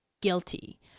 guilty